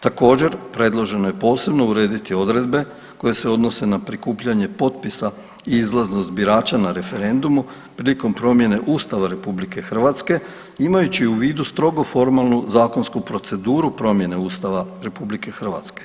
Također, predloženo je posebno urediti odredbe koje se odnose na prikupljanje potpisa i izlaznost birača na referendumu prilikom promjene Ustava RH imajući u vidu strogo formalnu zakonsku proceduru promjene Ustava RH.